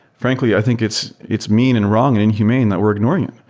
frankly, i think it's it's mean and wrong and inhumane that we're ignoring it,